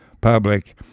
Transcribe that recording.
public